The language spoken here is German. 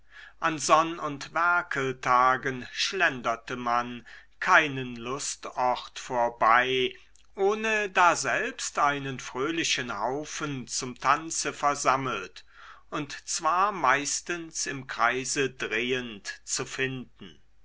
an sonn und werkeltagen schlenderte man keinen lustort vorbei ohne daselbst einen fröhlichen haufen zum tanze versammelt und zwar meistens im kreise drehend zu finden